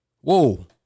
Whoa